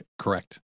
Correct